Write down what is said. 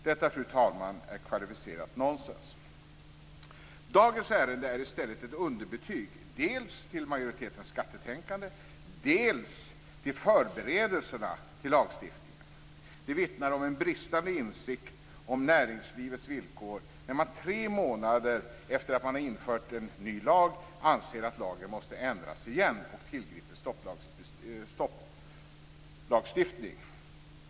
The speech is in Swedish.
Detta, fru talman, är kvalificerat nonsens. Dagens ärende är i stället ett underbetyg dels till majoritetens skattetänkande, dels till förberedelserna till lagstiftningen. Det vittnar om en bristande insikt om näringslivets villkor när man tre månader efter det att man infört en ny lag anser att lagen måste ändras igen och tillgriper stopplagstiftning.